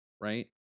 right